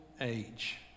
age